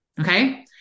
Okay